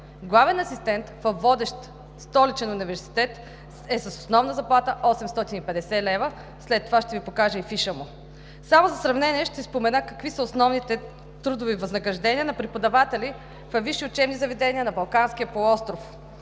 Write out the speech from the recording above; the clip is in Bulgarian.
Главен асистент във водещ столичен университет е с основна заплата 850 лв. След това ще Ви покажа и фиша му. Само за сравнение ще спомена какви са основните трудови възнаграждения на преподавателите във висши учебни заведения на Балканския полуостров.